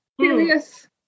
curious